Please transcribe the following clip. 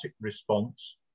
response